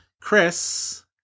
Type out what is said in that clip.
Chris